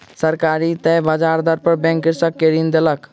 सरकारी तय ब्याज दर पर बैंक कृषक के ऋण देलक